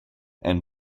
and